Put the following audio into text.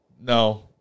No